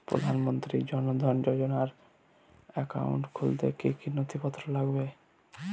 প্রধানমন্ত্রী জন ধন যোজনার একাউন্ট খুলতে কি কি নথিপত্র লাগবে?